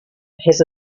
has